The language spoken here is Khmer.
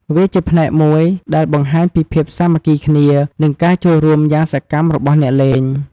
វាជាផ្នែកមួយដែលបង្ហាញពីភាពសាមគ្គីគ្នា និងការចូលរួមយ៉ាងសកម្មរបស់អ្នកលេង។